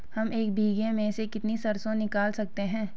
हम एक बीघे में से कितनी सरसों निकाल सकते हैं?